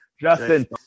Justin